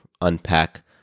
unpack